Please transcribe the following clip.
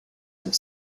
have